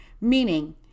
meaning